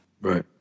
Right